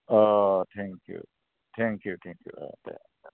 औ thank you thank you thank you औ दे जागोन